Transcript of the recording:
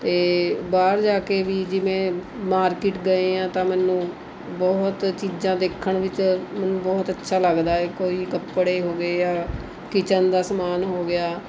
ਅਤੇ ਬਾਹਰ ਜਾ ਕੇ ਵੀ ਜਿਵੇਂ ਮਾਰਕਿਟ ਗਏ ਹਾਂ ਤਾਂ ਮੈਨੂੰ ਬਹੁਤ ਚੀਜ਼ਾਂ ਦੇਖਣ ਵਿੱਚ ਮੈਨੂੰ ਬਹੁਤ ਅੱਛਾ ਲੱਗਦਾ ਏ ਕੋਈ ਕੱਪੜੇ ਹੋ ਗਏ ਜਾਂ ਕਿਚਨ ਦਾ ਸਮਾਨ ਹੋ ਗਿਆ